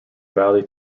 valley